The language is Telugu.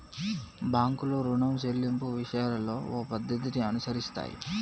బాంకులు రుణం సెల్లింపు విషయాలలో ఓ పద్ధతిని అనుసరిస్తున్నాయి